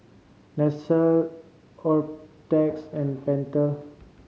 Nestle Optrex and Pentel